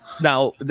now